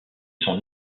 son